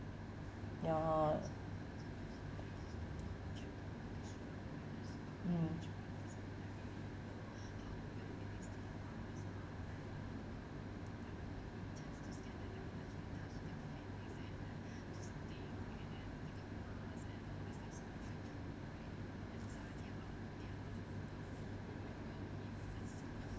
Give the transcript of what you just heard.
ya mm